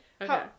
Okay